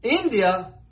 India